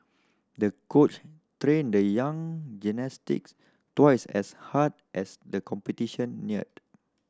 the coach trained the young gymnastics twice as hard as the competition neared